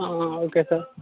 okay sir